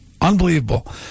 Unbelievable